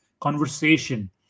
conversation